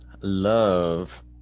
love